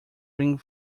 ring